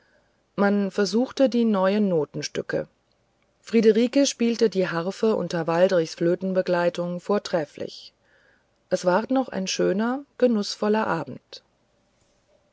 man versuchte die neuen notenstücke friederike spielte die harfe unter waldrichs flötenbegleitung vortrefflich es ward noch ein schöner genußvoller abend